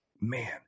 man